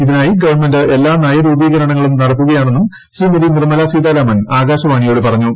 ഇതിനായി ഗവൺമെന്റ് എല്ലാ നയരൂപീകരണങ്ങളും നടത്തുകയാണെന്നും ശ്രീമതി നിർമ്മലാ സീതാരമൻ ആകാശവാണിയോട് പറഞ്ഞു